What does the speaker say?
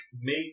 make